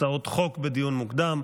הצעות חוק לדיון מוקדם.